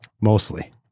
Mostly